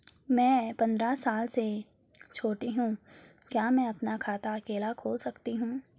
मैं पंद्रह साल से छोटी हूँ क्या मैं अपना खाता अकेला खोल सकती हूँ?